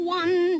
one